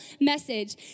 message